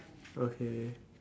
okay